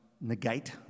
negate